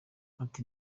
ati